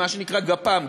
מה שנקרא גפ"מ,